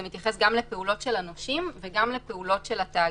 זה מתייחס גם לפעולות של הנושים וגם לפעולות של התאגיד.